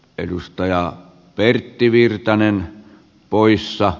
edustaja pertti virtanen porissa